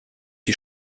die